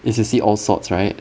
it's to see all sorts right